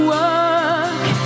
work